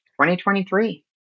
2023